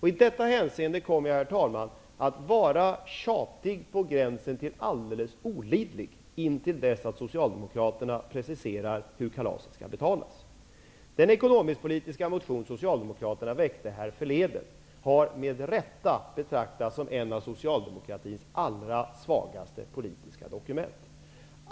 I detta hänseende kommer jag, herr talman, att vara tjatig på gränsen till olidlighet tills dess att Socialdemokraterna preciserar hur kalaset skall betalas. Socialdemokraterna väckte härförleden har med rätta betraktats som en av socialdemokratins allra svagaste politiska dokument.